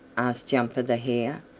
asked jumper the hare.